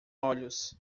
olhos